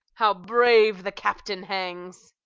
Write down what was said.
how brave the captain hangs!